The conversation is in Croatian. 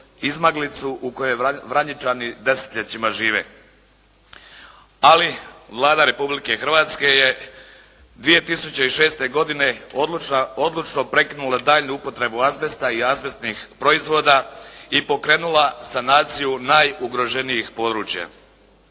izmaglicu u kojima Vranjičani desetljećima žive. Ali Vlada Republike Hrvatske je 2006. godine odlučno prekinula daljnju upotrebu azbesta i azbestnih proizvoda i pokrenula sanaciju najugroženijih područja.